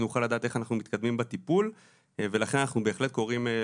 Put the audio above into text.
שנוכל לדעת איך אנחנו מתקדמים בטיפול ולכן אנחנו בהחלט קוראים.